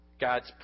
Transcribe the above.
God's